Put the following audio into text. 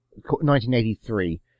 1983